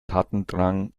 tatendrang